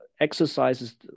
exercises